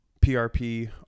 PRP